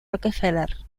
rockefeller